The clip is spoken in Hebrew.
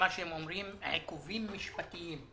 עיכובים משפטיים.